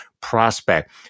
prospect